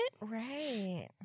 Right